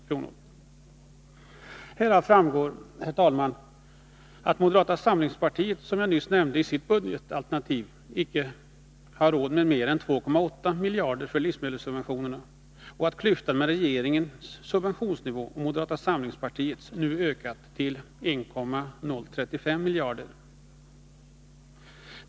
Av det anförda framgår, herr talman, att moderata samlingspartiet, som jag nyss nämnde, i sitt budgetalternativ icke har råd med mer än 2,8 miljarder för livsmedelssubventioner och att klyftan mellan regeringens subventionsnivå och moderata samlingspartiets nu ökat till 1,035 miljarder.